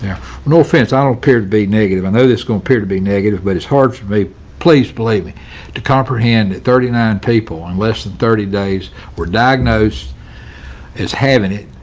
no offense, i don't appear to be negative. i know that's gonna appear to be negative, but it's hard for me to place blame to comprehend thirty nine people in less than thirty days were diagnosed as having it.